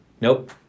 Nope